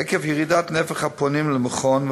עקב ירידת נפח הפונים למכון,